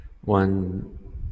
one